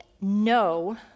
no